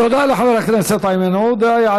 תודה לחבר הכנסת איימן עודה.